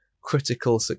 critical